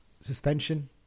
suspension